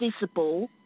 visible